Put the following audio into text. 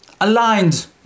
aligned